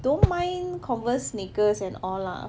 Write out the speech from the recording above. don't mind converse sneakers and all lah